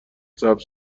سبز